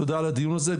תודה על הדיון הזה,